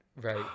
right